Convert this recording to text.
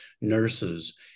nurses